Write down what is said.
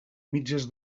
mitges